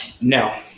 No